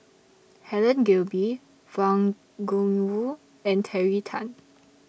Helen Gilbey Wang Gungwu and Terry Tan